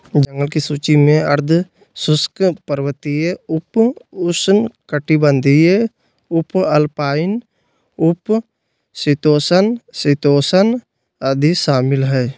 जंगल की सूची में आर्द्र शुष्क, पर्वतीय, उप उष्णकटिबंधीय, उपअल्पाइन, उप शीतोष्ण, शीतोष्ण आदि शामिल हइ